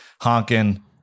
honking